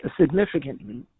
significantly